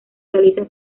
realiza